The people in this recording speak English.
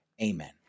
Amen